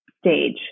stage